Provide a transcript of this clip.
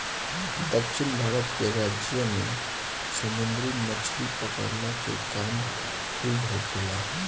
दक्षिण भारत के राज्य में समुंदरी मछली पकड़ला के काम खूब होखेला